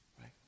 right